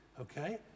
okay